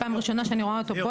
פעם ראשונה שאני רואה אותו פה,